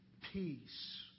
peace